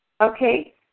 Okay